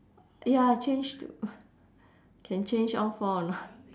ya change to can change all four or not